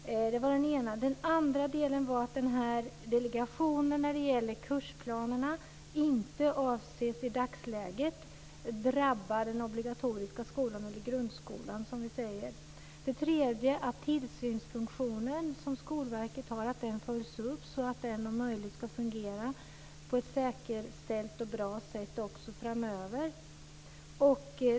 Det var det ena. Den andra delen var att delegationen när det gäller kursplanerna i dagsläget inte avses drabba den obligatoriska skolan eller grundskolan, som vi säger. Det tredje var att den tillsynsfunktion som Skolverket har följs upp så att den om möjligt ska fungera på ett säkert och bra sätt också framöver.